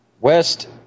West